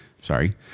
Sorry